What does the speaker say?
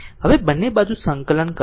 હવે બંને બાજુ સંકલન કરો